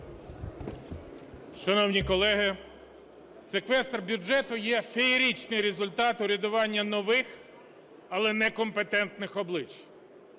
Шановні колеги! Секвестр бюджету є феєричний результат урядування нових, але некомпетентних облич.